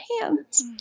hands